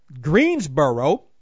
Greensboro